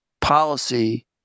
policy